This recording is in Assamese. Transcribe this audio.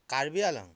কাৰ্বি আংলং